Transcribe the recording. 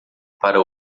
para